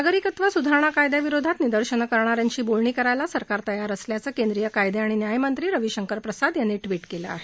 नागरिकत्व सुधारणा कायद्याविरोधात निदर्शनं करणा यांशी बोलणी करण्यास सरकार तयार असल्याचं केंद्रीय कायदे आणि न्यायमंत्री रविशंकर प्रसाद यांनी ट्विट केलं आहे